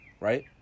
Right